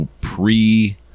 pre-